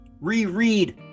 Reread